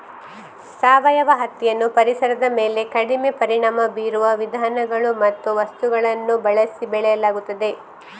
ಸಾವಯವ ಹತ್ತಿಯನ್ನು ಪರಿಸರದ ಮೇಲೆ ಕಡಿಮೆ ಪರಿಣಾಮ ಬೀರುವ ವಿಧಾನಗಳು ಮತ್ತು ವಸ್ತುಗಳನ್ನು ಬಳಸಿ ಬೆಳೆಯಲಾಗುತ್ತದೆ